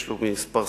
יש לו כמה סייגים,